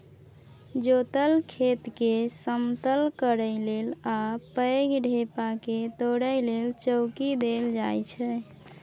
जोतल खेतकेँ समतल करय लेल आ पैघ ढेपाकेँ तोरय लेल चौंकी देल जाइ छै